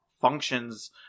functions